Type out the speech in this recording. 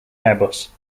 airbus